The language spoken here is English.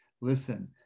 listen